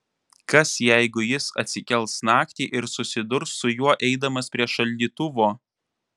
kas jeigu jis atsikels naktį ir susidurs su juo eidamas prie šaldytuvo